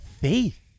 faith